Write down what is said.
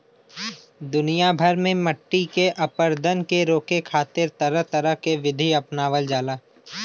दुनिया भर में मट्टी के अपरदन के रोके खातिर तरह तरह के विधि अपनावल जाला